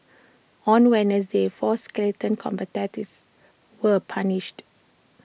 on Wednesday four skeleton competitors were punished